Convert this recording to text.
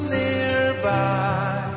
nearby